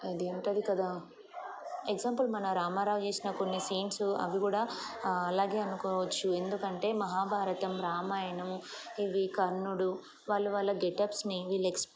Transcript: ఇది ఉంటుంది కదా ఎగ్జాంపుల్ మన రామారావు చేసిన కొన్ని సీన్స్ అవి కూడా అలాగే అనుకోవచ్చు ఎందుకంటే మహాభారతం రామాయణం ఇవి కర్ణుడు వాళ్ళ వాళ్ళ గెటప్స్ని వీళ్ళ ఎక్